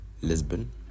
Lisbon